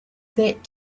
that